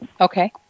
Okay